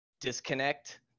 disconnect